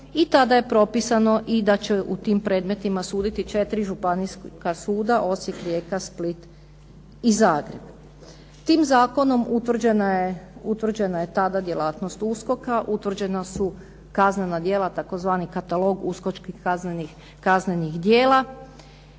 i tada je propisano i da će u tim predmetima suditi četiri županijska suda Osijek, Rijeka, Split i Zagreb. Tim zakonom utvrđena je tada djelatnost USKOK-a, utvrđena su kaznena djela tzv. katalog uskočkih kaznenih djela